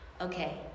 Okay